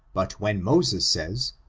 but when moses says,